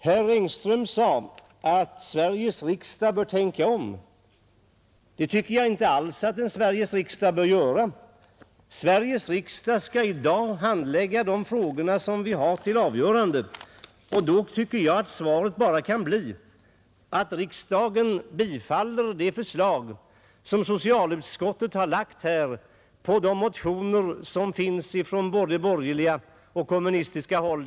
Herr Engström sade att Sveriges riksdag bör tänka om. Det tycker jag inte alls att den bör göra. Sveriges riksdag skall i dag handlägga de frågor som vi har till avgörande, och då kan utgången bara bli att riksdagen bifaller de förslag som socialutskottet har lagt fram med anledning av de motioner som föreligger från både borgerligt och kommunistiskt håll.